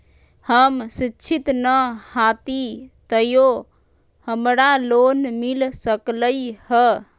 हम शिक्षित न हाति तयो हमरा लोन मिल सकलई ह?